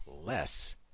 less